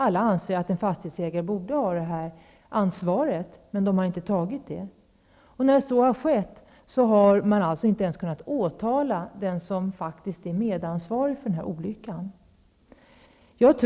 Alla anser att en fastighetsägare borde ha det här ansvaret, men de har inte tagit det ansvaret. När en olycka har skett har man inte ens kunnat åtala den som faktiskt är medansvarig för olyckan.